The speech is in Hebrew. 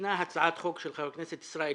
שתיקנה הצעת חוק של שחבר הכנסת ישראל כץ,